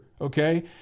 okay